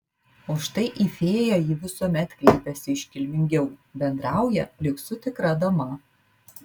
o štai į fėją ji visuomet kreipiasi iškilmingiau bendrauja lyg su tikra dama